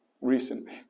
recently